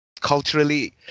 culturally